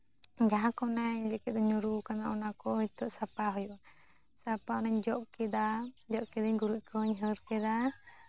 ᱡᱟᱦᱟᱸ ᱠᱚ ᱢᱟᱱᱮ ᱞᱟᱹᱭ ᱠᱮᱫ ᱫᱚᱧ ᱧᱩᱨᱦᱩ ᱟᱠᱟᱱᱟ ᱚᱱᱟ ᱠᱚ ᱱᱤᱛᱚᱜ ᱥᱟᱯᱷᱟ ᱦᱩᱭᱩᱜᱼᱟ ᱥᱟᱯᱷᱟ ᱚᱱᱟᱧ ᱡᱚᱜ ᱠᱮᱫᱟ ᱡᱚᱜ ᱠᱤᱫᱟᱹᱧ ᱜᱩᱨᱤᱡ ᱠᱚᱧ ᱦᱟᱹᱨ ᱠᱮᱫᱟ